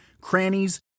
crannies